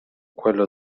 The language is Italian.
quello